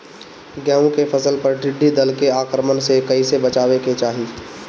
गेहुँ के फसल पर टिड्डी दल के आक्रमण से कईसे बचावे के चाही?